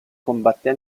combatté